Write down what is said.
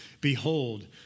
Behold